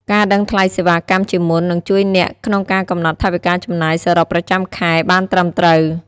ការដឹងថ្លៃសេវាកម្មជាមុន នឹងជួយអ្នកក្នុងការកំណត់ថវិកាចំណាយសរុបប្រចាំខែបានត្រឹមត្រូវ។